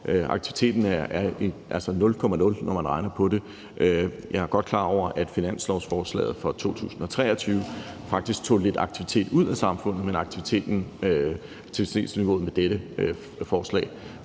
Aktiviteten er 0,0 pct., når man regner på det. Jeg er godt klar over, at forslaget til finanslov for 2023 faktisk tog lidt aktivitet ud af samfundet, men aktivitetsniveauet med dette forslag